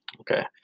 Okay